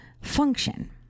function